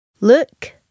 look